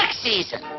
ah season.